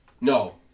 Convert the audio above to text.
No